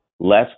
less